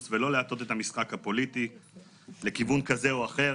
ולא להטות את המשחק הפוליטי לכיוון כזה או אחר.